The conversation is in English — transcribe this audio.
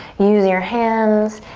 use your hands,